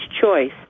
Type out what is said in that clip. choice